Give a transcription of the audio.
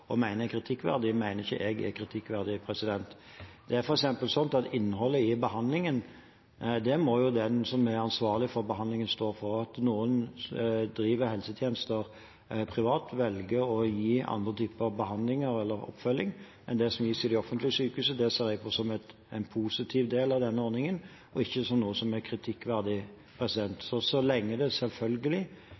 og mener er kritikkverdige, mener jeg ikke er kritikkverdige. Det er f.eks. slik at innholdet i behandlingen må den som er ansvarlig for behandlingen, stå for. Det at noen driver helsetjenester privat og velger å gi andre typer behandlinger eller oppfølging enn det som gis i de offentlige sykehusene, ser jeg på som en positiv del av denne ordningen og ikke som noe som er kritikkverdig, så lenge det – selvfølgelig